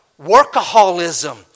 workaholism